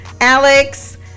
Alex